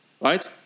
right